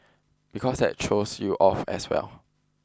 because that throws you off as well